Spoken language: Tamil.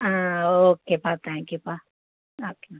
ஓகேப்பா தேங்க் யூப்பா ஓகேப்பா